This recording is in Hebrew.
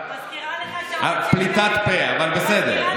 אבל בסדר.